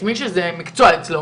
לעצור את מי שזה מקצוע אצלו,